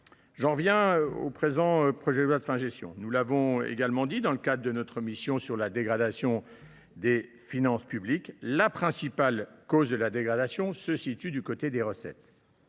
J’en viens au présent projet de loi de fin de gestion. Nous l’avons également indiqué dans le cadre de notre mission sur la dégradation des finances publiques, la principale cause de la dégradation se situe du côté des recettes.